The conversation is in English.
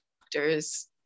doctors